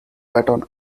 baton